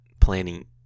planning